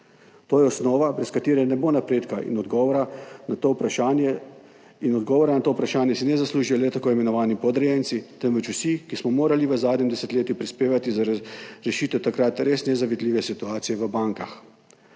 To je osnova, brez katere ne bo napredka, in odgovora na to vprašanje si ne zaslužijo le tako imenovani podrejenci, temveč vsi, ki smo morali v zadnjem desetletju prispevati za rešitev takrat res nezavidljive situacije v bankah.